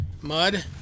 Mud